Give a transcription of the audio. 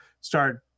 start